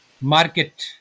market